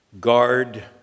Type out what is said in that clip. Guard